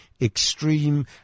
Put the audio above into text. extreme